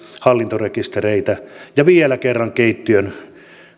hallintarekistereitä ja vielä kerran keittiön